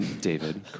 David